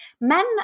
Men